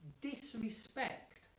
disrespect